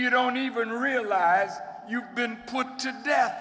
you don't even realize you've been put to death